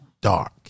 dark